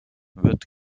wird